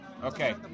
Okay